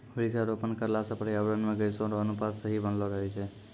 वृक्षारोपण करला से पर्यावरण मे गैसो रो अनुपात सही बनलो रहै छै